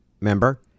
member